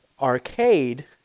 arcade